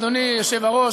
אדוני היושב-ראש,